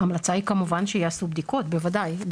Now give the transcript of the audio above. ההמלצה היא כמובן שיעשו בדיקות, בוודאי.